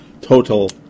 total